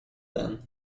then